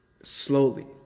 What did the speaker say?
slowly